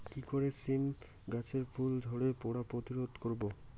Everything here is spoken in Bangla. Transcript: কি করে সীম গাছের ফুল ঝরে পড়া প্রতিরোধ করব?